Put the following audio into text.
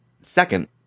Second